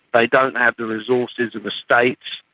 they don't have the resources of the states,